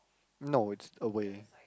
no it's away